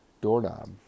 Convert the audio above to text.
doorknob